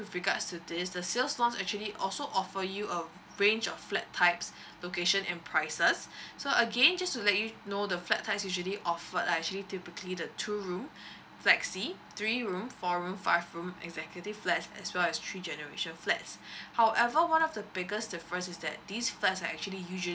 with regards to this the sales one actually also offer you a range of flat types location and prices so again just to let you know the flat types usually offered are actually typically the two room flexi three room four room five room executive flats as well as three generation flats however one of the biggest difference is that these flats are actually usually